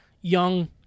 young